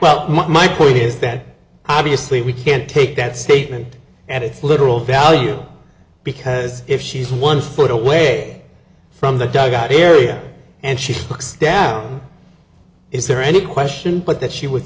well my point is that obviously we can't take that statement and its literal value because if she is one foot away from the dugout area and she looks down is there any question but that she would